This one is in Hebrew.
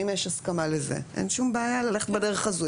אם יש הסכמה לזה, אין שום בעיה ללכת בדרך הזו.